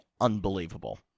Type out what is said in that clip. unbelievable